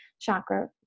chakra